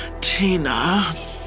Tina